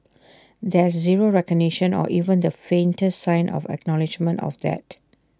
there's zero recognition or even the faintest sign of acknowledgement of that